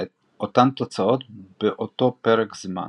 תוצאות באותו פרק זמן.